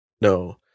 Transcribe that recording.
No